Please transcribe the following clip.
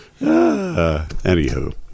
anywho